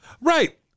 Right